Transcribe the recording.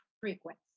frequency